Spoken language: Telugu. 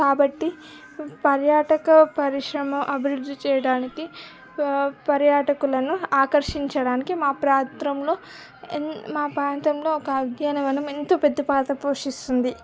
కాబట్టి పర్యాటక పరిశ్రమ అభివృద్ధి చేయడానికి పర్యాటకులను ఆకర్షించడానికి మా ప్రాత్రంలో ఎన్ మా ప్రాంతంలో ఒక ఉద్యానవనం ఎంతో పెద్ద పాత్ర పోషిస్తుంది